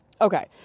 Okay